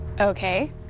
okay